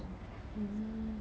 mm